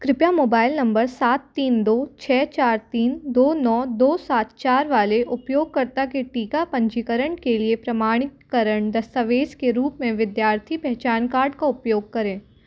कृपया mobile number सात तीन दो छः चार तीन दो नौ दो सात चार वाले उपयोगकर्ता के टीका पंजीकरण के लिए प्रमाणीकरण दस्तावेज़ के रूप में विद्यार्थी पहचान कार्ड का उपयोग करें